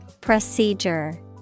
Procedure